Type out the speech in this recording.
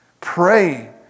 Pray